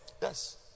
Yes